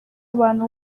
abantu